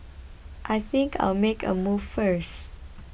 I think I'll make a move first